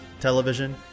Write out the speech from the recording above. television